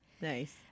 Nice